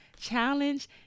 challenge